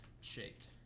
shaped